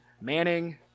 Manning